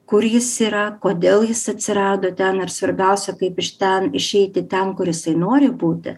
kur jis yra kodėl jis atsirado ten ir svarbiausia kaip iš ten išeiti ten kur jisai nori būti